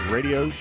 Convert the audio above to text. Radio